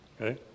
Okay